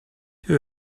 who